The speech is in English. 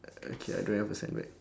uh okay I don't have a sandbag